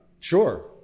Sure